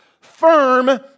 firm